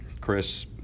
Chris